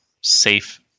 safe